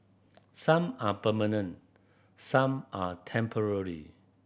some are permanent some are temporary